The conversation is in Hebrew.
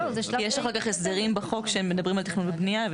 כי יש אחר כך הסדרים בחוק שהם מדברים על תכנון ובנייה.